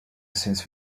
since